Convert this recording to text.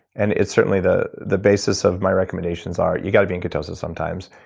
and it's certainly the the basis of my recommendations are, you gotta be in ketosis sometimes,